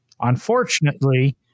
Unfortunately